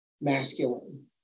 masculine